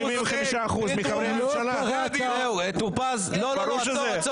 75% מחברי הממשלה --- לא, טור פז, לא, עצור.